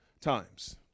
times